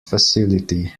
facility